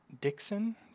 Dixon